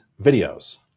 videos